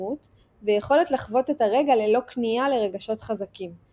שלמות ויכולת לחוות את הרגע ללא כניעה לרגשות חזקים,